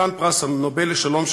חתן פרס נובל לשלום,